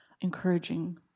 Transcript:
encouraging